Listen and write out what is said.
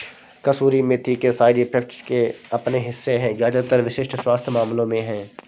कसूरी मेथी के side effects के अपने हिस्से है ज्यादातर विशिष्ट स्वास्थ्य मामलों में है